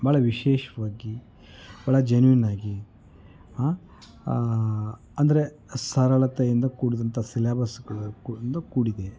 ಭಾಳ ವಿಶೇಷವಾಗಿ ಭಾಳ ಜೆನ್ವಿನ್ನಾಗಿ ಹಾಂ ಅಂದರೆ ಸರಳತೆಯಿಂದ ಕೂಡಿದಂಥ ಸಿಲೆಬಸ್ಗಳು ಕು ಇಂದ ಕೂಡಿದೆ